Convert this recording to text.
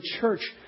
church